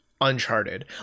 Uncharted